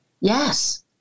Yes